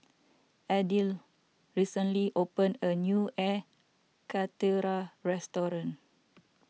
Abdiel recently opened a new Air Karthira restaurant